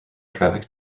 traffic